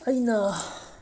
ꯑꯩꯅ